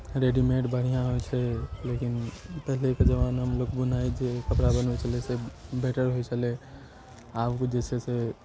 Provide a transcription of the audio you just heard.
readymade बढ़िआँ होइ छै लेकिन पहिलेके जमानामे लोक बुनाइ जे कपड़ा होइ छलै से बेटर होइ छलै आबके जे छै से